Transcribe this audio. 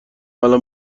الان